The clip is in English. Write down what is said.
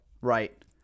right